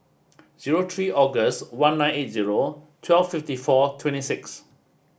zero three August one nine eight zero twelve fifty four twenty six